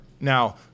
now